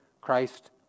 Christ